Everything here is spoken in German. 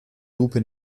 lupe